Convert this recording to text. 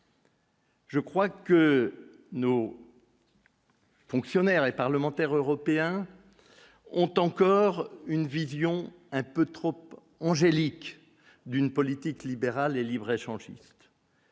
Je crois que nous. Fonctionnaires et parlementaires européens ont encore une vision un peu trop peu Angélique d'une politique libérale et libre échange